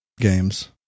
games